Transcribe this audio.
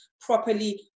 properly